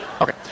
okay